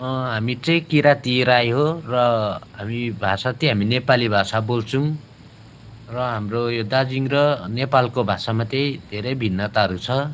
हामी चाहिँ किराँती राई हो र हामी भाषा चाहिँ हामी नेपाली भाषा बोल्छौँ र हाम्रो यो दार्जिलिङ र नेपालको भाषामा चाहिँ धेरै भिन्नताहरू छ